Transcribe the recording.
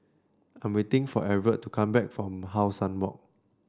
I'm waiting for Everett to come back from How Sun Walk